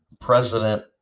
president